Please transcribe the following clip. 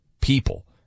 people